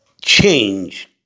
change